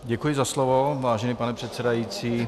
Děkuji za slovo, vážený pane předsedající.